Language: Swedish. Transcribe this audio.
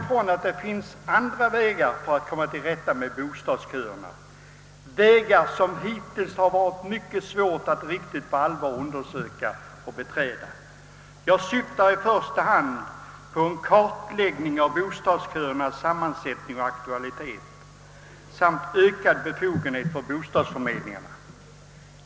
Men det finns också andra vägar för att komma till rätta med bostadsköerna, vägar som det hittills har varit mycket svårt att på allvar undersöka och beträda. Jag syftar då i första hand på en kartläggning av bostadsköernas sam mansättning och aktualitet samt på ökade befogenheter för bostadsförmedlingarna.